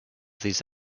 these